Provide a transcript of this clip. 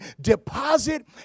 deposit